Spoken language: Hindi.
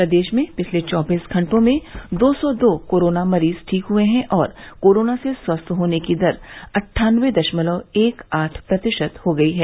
प्रदेश में पिछले चौबीस घंटों में दो सौ दो कोरोना मरीज ठीक हुए है और कोरोना से स्वस्थ होने की दर अट्ठानवे दशमलव एक आठ प्रतिशत हो गई है